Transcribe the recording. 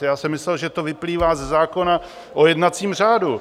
Já jsem myslel, že to vyplývá ze zákona o jednacím řádu.